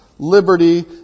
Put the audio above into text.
Liberty